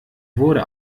wurde